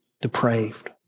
depraved